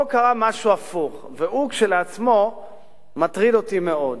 פה קרה משהו הפוך, והוא כשלעצמו מטריד אותי מאוד,